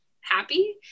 happy